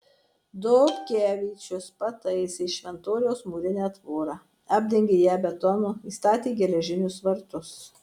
dobkevičius pataisė šventoriaus mūrinę tvorą apdengė ją betonu įstatė geležinius vartus